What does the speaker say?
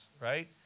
right